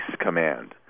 Command